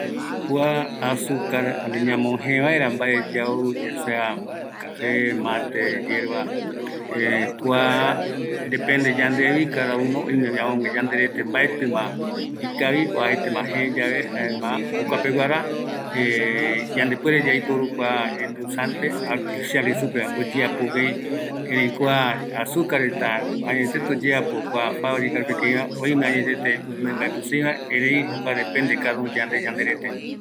Kua yau vaera mbae jeeva, oime yanderete rupiño, amogue ikaviama jete, jaeramo jou ïru omojee vaera, jembiu, añeteko azucar mbaetɨ ikavi